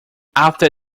after